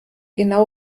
genau